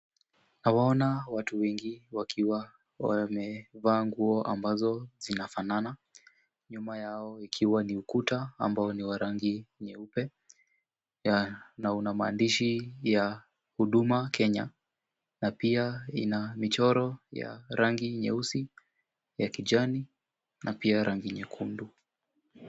Nawaona watu wengi wakiwa wamevaa nguo ambazo zinafanana. Nyuma yao ikiwa ni ukuta ambao ni wa rangi nyeupe na una maandishi ya Huduma Kenya na pia ina michoro ya rangi nyeusi, ya kijani na pia rangi nyekundu.